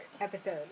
episode